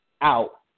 out